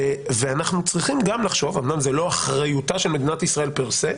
אמנם זו לא אחריותה של מדינת ישראל פר סה,